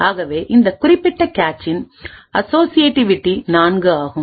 ஆகவே இந்த குறிப்பிட்ட கேச்சின் அசோசியேட்டிவிட்டி நான்கு ஆகும்